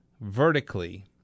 vertically